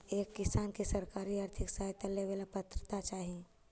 एक किसान के सरकारी आर्थिक सहायता लेवेला का पात्रता चाही?